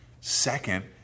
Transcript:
Second